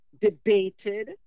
debated